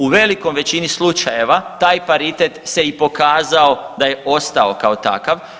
U velikoj većini slučajeva taj paritet se i pokazao da je ostao kao takav.